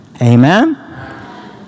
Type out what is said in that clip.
Amen